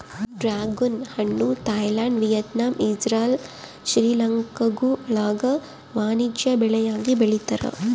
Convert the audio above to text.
dragon ಹಣ್ಣು Thailand Vietnam Israel ಶ್ರೀಲಂಕಾಗುಳಾಗ ವಾಣಿಜ್ಯ ಬೆಳೆಯಾಗಿ ಬೆಳೀತಾರ